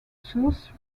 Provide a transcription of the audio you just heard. source